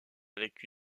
avec